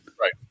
Right